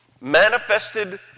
manifested